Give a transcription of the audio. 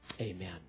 Amen